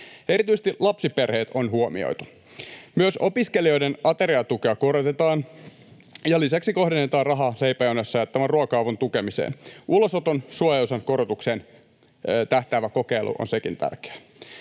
Erityisesti lapsiperheet on huomioitu. Myös opiskelijoiden ateriatukea korotetaan ja lisäksi kohdennetaan rahaa leipäjonoissa jaettavan ruoka-avun tukemiseen. Ulosoton suojaosan korotukseen tähtäävä kokeilu on sekin tärkeä.